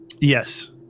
yes